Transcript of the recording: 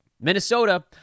Minnesota